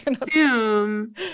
assume